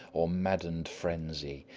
or maddened frenzy.